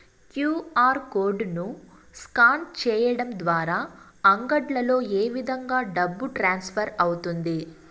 QR code ను scan సేయడం ద్వారా అంగడ్లలో ఏ విధంగా డబ్బు ట్రాన్స్ఫర్ అవుతుంది